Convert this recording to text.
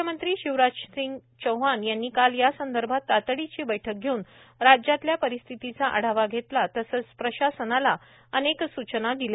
मुख्यमंत्री शिवराज सिंह चौहान यांनी काल यासंदर्भात तातडीची बैठक घेऊन राज्यातल्या परिस्थितीचा आढावा घेतला तसेच प्रशासनाला अनेक सूचना दिल्या